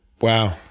Wow